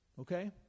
Okay